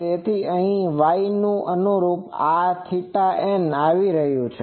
તેથી અહીં આ Y ને અનુરૂપ આ θn આવી રહ્યું છે